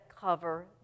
cover